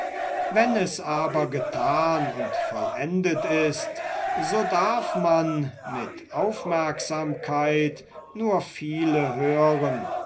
wenn es aber getan und vollendet ist so darf man mit aufmerksamkeit nur viele hören